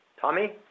Tommy